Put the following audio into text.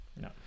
No